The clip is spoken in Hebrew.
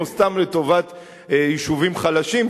או סתם לטובת יישובים חלשים,